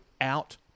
out